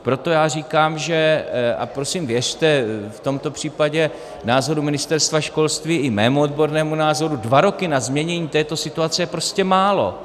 Proto já říkám, a prosím, věřte v tomto případě názoru Ministerstva školství i mému odbornému názoru, dva roky na změnění této situace je prostě málo.